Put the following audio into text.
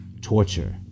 torture